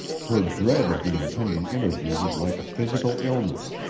her dread of the impending interview was like a physical illness.